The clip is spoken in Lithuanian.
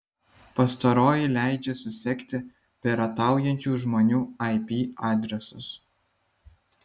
pastaroji leidžia susekti pirataujančių žmonių ip adresus